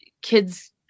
kids